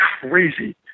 crazy